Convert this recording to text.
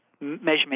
measurement